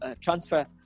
transfer